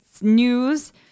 news